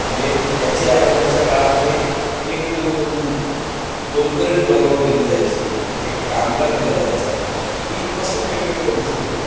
म्हंडे त्याच्याही अगोदरच्या काळामध्ये एक मोलकरणी बरोबर दिली जायची एक कामगार दिला जायचा इथपासून वेगवेगळ्या गोष्टी होत्या